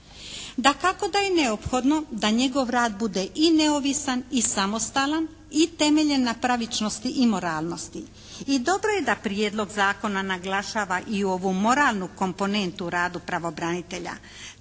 Dakako da je neophodno da njegov rad bude i neovisan i samostalan i temeljen na pravičnosti i moralnosti i dobro je da prijedlog zakona naglašava i ovu moralnu komponentu u radu pravobranitelja.